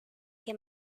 que